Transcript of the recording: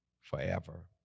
forever